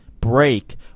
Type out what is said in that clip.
break